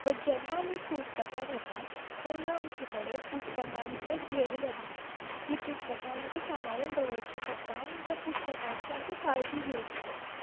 but जेन्ना आमी पुस्तकां घेता तेन्ना आमचे कडेन पुस्तकांचो ढेर जाता तीं पुस्तकां आमकां सामाळून दवरचीं पडटा आनी ते पुस्तकांची आमकां काळजी घेवची पडटा